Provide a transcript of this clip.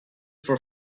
for